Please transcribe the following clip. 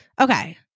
Okay